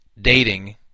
Dating